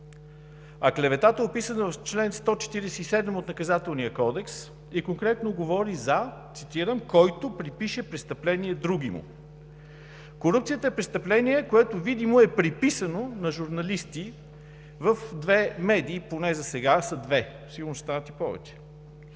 Клеветата е описана в чл. 147 от Наказателния кодекс и конкретно говори за, цитирам: „който припише престъпление другиму“. Корупцията е престъпление, което видимо е приписано на журналисти в две медии, поне засега са две, сигурно ще станат и повече.